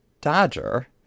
Dodger